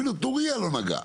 אפילו טורייה לא נגעה,